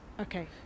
Okay